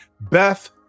Beth